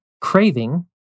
craving